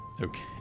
Okay